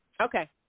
Okay